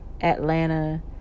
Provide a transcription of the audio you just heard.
Atlanta